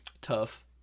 Tough